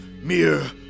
mere